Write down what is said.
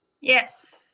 Yes